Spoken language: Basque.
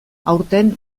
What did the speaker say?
aurten